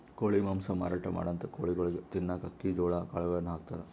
ಕೋಳಿ ಮಾಂಸ ಮಾರಾಟ್ ಮಾಡಂಥ ಕೋಳಿಗೊಳಿಗ್ ತಿನ್ನಕ್ಕ್ ಅಕ್ಕಿ ಜೋಳಾ ಕಾಳುಗಳನ್ನ ಹಾಕ್ತಾರ್